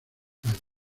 calles